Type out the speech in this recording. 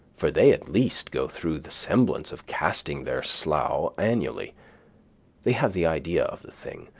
for they at least go through the semblance of casting their slough annually they have the idea of the thing,